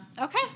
okay